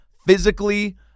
physically